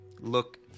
look